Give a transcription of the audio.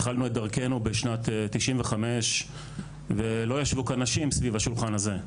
התחלנו את דרכנו בשנת 95 ולא ישבו כאן נשים סביב השולחן הזה,